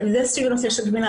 נושא של גמילה,